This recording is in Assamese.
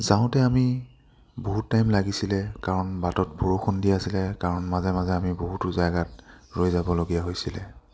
যাওঁতে আমি বহুত টাইম লাগিছিলে কাৰণ বাটত বৰষুণ দি আছিলে কাৰণ মাজে মাজে আমি বহুতো জেগাত ৰৈ যাবলগীয়া হৈছিলে